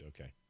okay